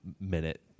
minute